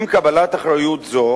עם קבלת אחריות זו